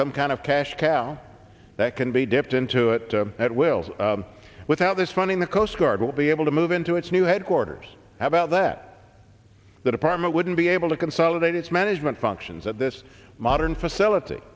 some kind of cash cow that can be dipped into it at will without this funding the coast guard will be able to move into its new headquarters how about that the department wouldn't be able to consolidate its management functions at this modern facility